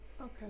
Okay